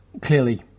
clearly